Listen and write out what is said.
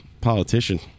politician